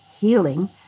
healing